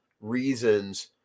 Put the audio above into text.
reasons